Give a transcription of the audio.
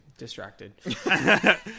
Distracted